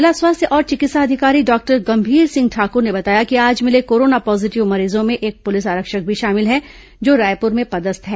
जिला स्वास्थ्य और चिकित्सा अधिकारी डॉक्टर गंभीर सिंह ठाकुर ने बताया कि आज मिले कोरोना पॉजिटिव मरीजों में एक पुलिस आरक्षक भी शामिल हैं जो रायपुर में पदस्थ है